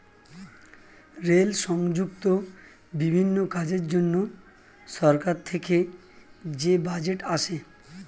rail সংযুক্ত বিভিন্ন কাজের জন্য সরকার থেকে যে বাজেট আসে